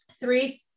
three